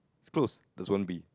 it's close there's one B